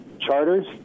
Charters